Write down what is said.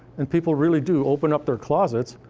and people really do open up their closets,